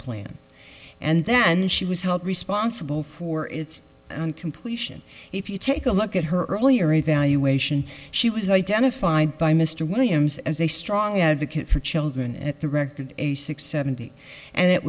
plan and then she was held responsible for its completion if you take a look at her earlier evaluation she was identified by mr williams as a strong advocate for children at the record six seventy and it